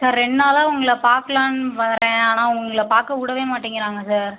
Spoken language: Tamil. சார் ரெண்டு நாளாக உங்களை பாக்கலான்னு வர்றேன் ஆனால் உங்களை பார்க்க விடவே மாட்டேன்ங்கிறாங்க சார்